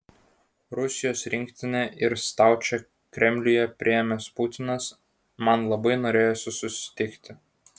rusijos rinktinę ir staučę kremliuje priėmęs putinas man labai norėjosi susitikti